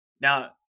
Now